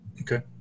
Okay